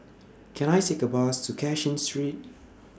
Can I Take A Bus to Cashin Street